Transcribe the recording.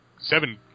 Seven